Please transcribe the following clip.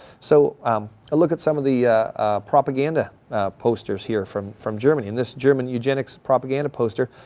so um look at some of the propaganda posters here from from germany in this german eugenics propaganda poster.